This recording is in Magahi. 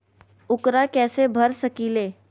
ऊकरा कैसे भर सकीले?